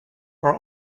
are